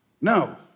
No